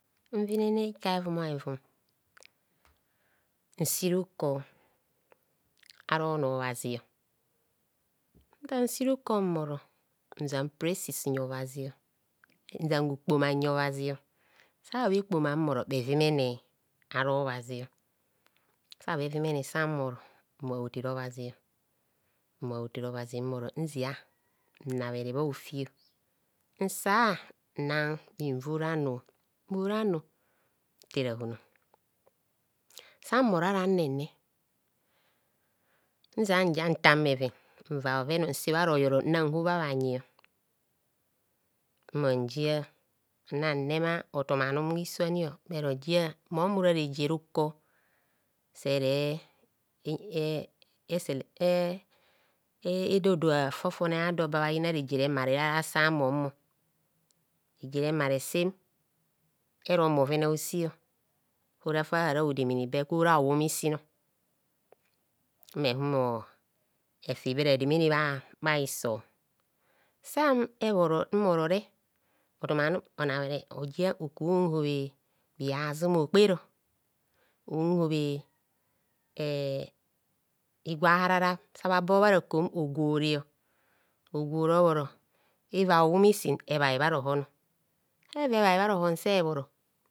Nvinene ika hevuma hevum nsi rukor ara onor obhazio nta nsi rukor mmori nsam prasis nyi obhazi nzam okpoma nyi obhazi sa bhe kpoma mmoro bhevumene ara obhazi sa bhe vumene sanbhoro mmoa hotere obbazi mmoa hotere obhazi mmoro nzia nnabhere bha hofi nsaa nna bhinvu ranu nvuranu nterahon sam bhori ara nnene nzia njia ntan bheven nva bhoven nse bharoyor nnan hobha bhanyi humo njia nna nnema otumanum bha hiso ani bhero jia mom ora reje rukor sere ee esele edodoa fofone ado ba bha yina reje remare ara sa mum rejere mare sem ero bhoven a'osi ora fahara bhodemene be gwora ohum isin mme humo efi be rademene bha bha hiso sa me eboro mmorore otumanum onabhere ojia oko un hobhe bhihazum okpero nbobhe em higwa a'harara sa bhabo bha rakor ogwore ogwore obhoro eva o'hum isin ebhai bha rohono seva ebhai bha rohon se bhoro